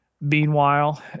meanwhile